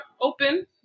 open